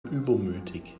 übermütig